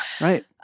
right